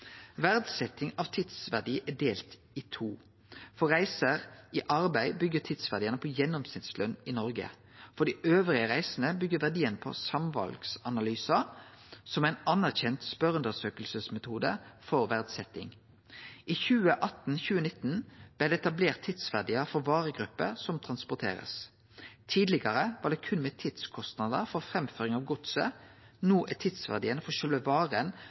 av tidsverdi er delt i to. For arbeidsreiser byggjer tidsverdiane på gjennomsnittsløn i Noreg. For dei andre reisene byggjer verdien på samvalsanalysar, som er ein anerkjent spørjeundersøkingsmetode for verdsetjing. I 2018–2019 blei det etablert tidsverdiar for varegrupper som blir transporterte. Tidlegare var det berre med tidskostnader for framføring av godset. No er tidsverdien for sjølve varen